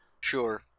Sure